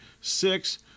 Six